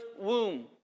womb